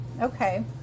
Okay